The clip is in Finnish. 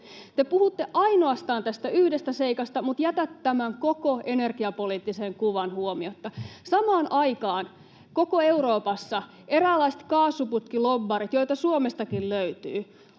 Te puhutte ainoastaan tästä yhdestä seikasta mutta jätätte tämän koko energiapoliittisen kuvan huomiotta. Samaan aikaan koko Euroopassa eräänlaiset kaasuputkilobbarit, joita Suomestakin löytyy,